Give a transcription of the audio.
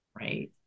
Right